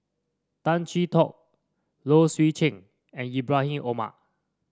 Tay Chee Toh Low Swee Chen and Ibrahim Omar